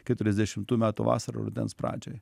keturiasdešimtų metų vasarą rudens pradžioj